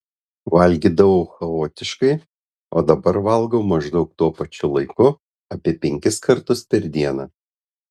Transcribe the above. valgydavau chaotiškai o dabar valgau maždaug tuo pačiu laiku apie penkis kartus per dieną